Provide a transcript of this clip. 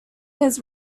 his